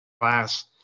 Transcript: class